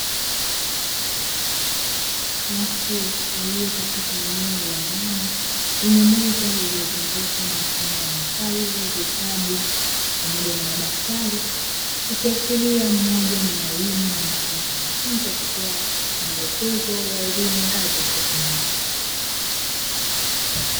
Watu walio katika eneo la ndani, lenye meza iliyozungukwa mfano wa mafaili, vitabu pamoja na madaftari. Ikiashiria mmoja ni mwalimu na mwingine ni mwanafunzi akipewa maelekezo ya elimu ngazi ya sekondari.